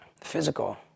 physical